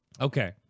Okay